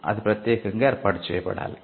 అది ప్రత్యేకంగా ఏర్పాటు చేయబడాలి